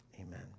Amen